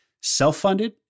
self-funded